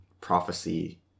prophecy